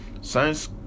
science